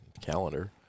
calendar